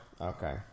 Okay